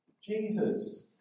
Jesus